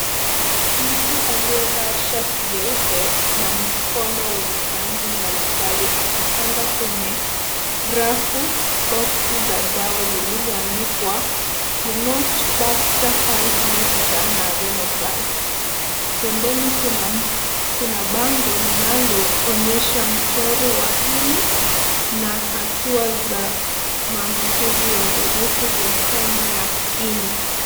Mtu aliyevaa shati jeupe na mkono wenye rangi mbalimbali akipanga kwenye rafu boksi za dawa zilizoandikwa Kenoch, Bakta Fight, Mixture na VenoPlus . Pembeni kuna bango linaloonyesha mchoro wa ini na hatua za maambukizi ya virusi vya homa ya ini.